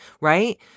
right